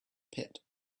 pit